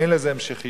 אין לזה המשכיות.